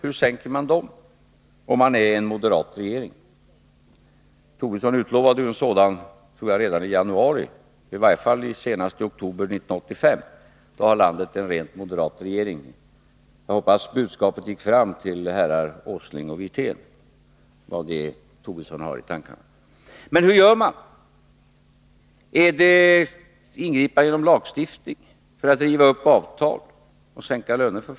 Lars Tobisson utlovade visst en moderat regering redan i januari, i varje fall senast i oktober 1985. Då skulle landet ha en rent moderat regering. Jag hoppas att budskapet gick fram till herrar Åsling och Wirtén. Hur gör man? Skall man ingripa genom lagstiftning för att riva upp avtal och sänka folks löner?